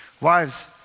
Wives